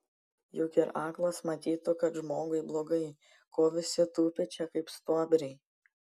juk ir aklas matytų kad žmogui blogai ko visi tupi čia kaip stuobriai